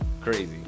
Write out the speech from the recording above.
Crazy